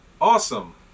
Awesome